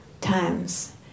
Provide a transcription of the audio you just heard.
times